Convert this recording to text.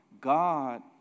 God